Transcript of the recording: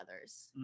others